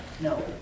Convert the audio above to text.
No